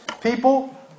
People